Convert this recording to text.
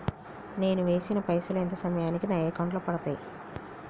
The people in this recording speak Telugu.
నేను వేసిన పైసలు ఎంత సమయానికి నా అకౌంట్ లో పడతాయి?